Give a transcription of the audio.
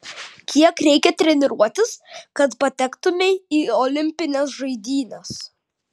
kiek reikia treniruotis kad patektumei į olimpines žaidynes